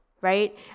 right